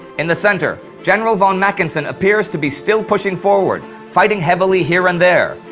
in the center general von mackensen appears to be still pushing forward, fighting heavily here and there.